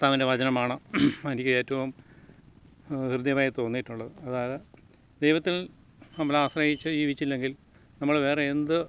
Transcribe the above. കർത്താവിൻ്റെ വചനമാണ് എനിക്ക് ഏറ്റവും ഹൃദ്യമായി തോന്നിയിട്ടുള്ളത് അതായത് ദൈവത്തിൽ നമ്മൾ ആശ്രയിച്ച് ജീവിച്ചില്ലെങ്കിൽ നമ്മൾ വേറെ എന്ത്